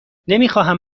نمیخواهم